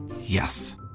Yes